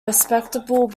respectable